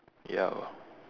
ya